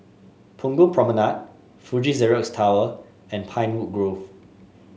Punggol Promenade Fuji Xerox Tower and Pinewood Grove